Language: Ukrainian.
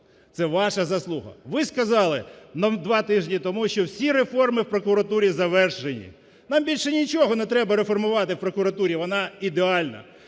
Це ваша заслуга. Ви сказали нам два тижні тому, що всі реформи в прокуратурі завершені. Нам більше нічого не треба реформувати в прокуратурі, вона ідеальна.